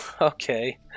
okay